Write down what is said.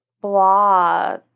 blah